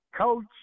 coach